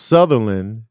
Sutherland